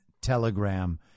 telegram